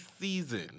season